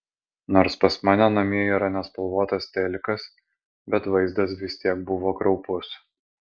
nors pas mane namie yra nespalvotas telikas bet vaizdas vis tiek buvo kraupus